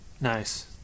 Nice